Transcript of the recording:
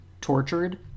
tortured